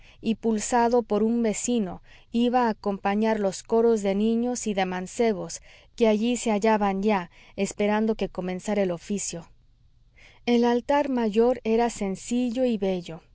pulsado por un vecino iba a acompañar los coros de niños y de mancebos que allí se hallaban ya esperando que comenzara el oficio el altar mayor era sencillo y bello